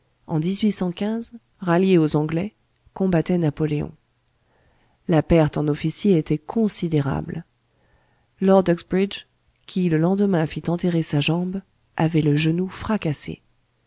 en ralliés aux anglais combattaient napoléon la perte en officiers était considérable lord uxbridge qui le lendemain fit enterrer sa jambe avait le genou fracassé